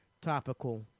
topical